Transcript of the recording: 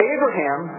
Abraham